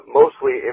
mostly